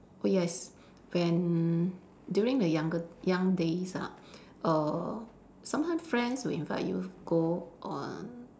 oh yes when during the younger young days ah err sometimes friends will invite you go on